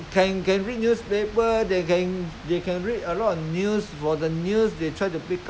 that's why I trying to say nowadays the life life lifespan is improved a lot a lot